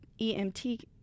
EMT